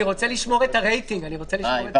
(3)